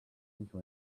into